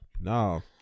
No